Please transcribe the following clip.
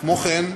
כמו כן,